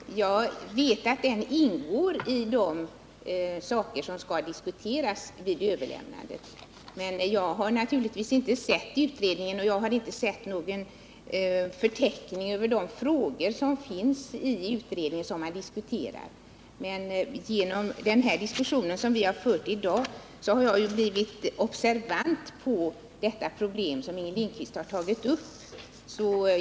Herr talman! Jag vet att den ingår bland de saker som skall diskuteras i samband med överlämnandet av delrapporten. Men jag känner naturligtvis inte till utredningens resultat och inte heller alls de frågor som utredningen tänker att ta upp och som man vill diskutera med mig. Men den diskussion vi har fört i dag har gett mig anledning att närmare överväga det problem som Inger Lindquist har tagit upp.